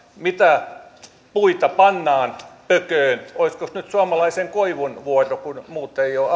mitä puita pannaan pököön olisikos nyt suomalaisen koivun vuoro kun muut eivät ole